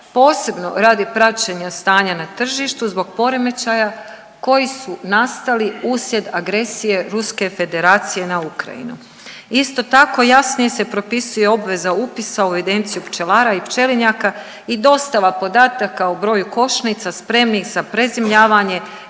posebno radi praćenja stanja na tržištu zbog poremećaja koji su nastali uslijed agresije Ruske Federacije na Ukrajinu. Isto tako jasnije se propisuje obveza upisa u evidenciju pčelara i pčelinjaka i dostava podataka o broju košnica spremnih za prezimljavanje